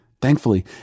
Thankfully